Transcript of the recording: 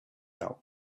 out